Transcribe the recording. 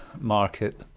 market